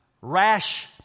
Rash